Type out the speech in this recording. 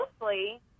mostly